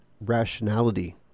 rationality